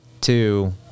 Two